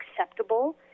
acceptable